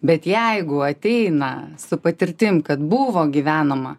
bet jeigu ateina su patirtim kad buvo gyvenama